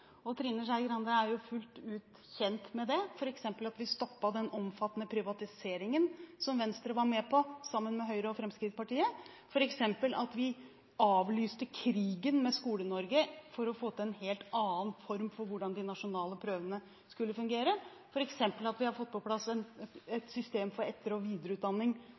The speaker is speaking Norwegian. skole. Trine Skei Grande er jo fullt ut kjent med det, f.eks. at vi stoppet den omfattende privatiseringen som Venstre var med på sammen med Høyre og Fremskrittspartiet, f.eks. at vi avlyste krigen med Skole-Norge for å få til en helt annen form for hvordan de nasjonale prøvene skulle fungere, f.eks. at vi har fått på plass et system for etter- og videreutdanning